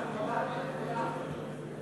גברת.